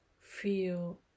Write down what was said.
feel